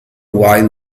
wide